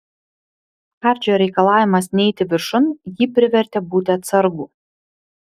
hardžio reikalavimas neiti viršun jį privertė būti atsargų